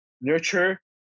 Nurture